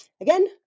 again